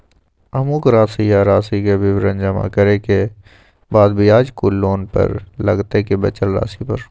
अमुक राशि आ राशि के विवरण जमा करै के बाद ब्याज कुल लोन पर लगतै की बचल राशि पर?